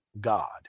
God